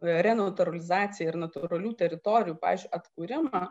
renatūralizaciją ir natūralių teritorijų pavyzdžiui atkūrimą